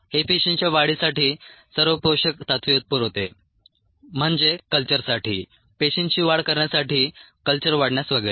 हे पेशींच्या वाढीसाठी सर्व पोषक तत्त्वे पुरवते म्हणजे कल्चरसाठी पेशींची वाढ करण्यासाठी कल्चर वाढण्यास वगैरे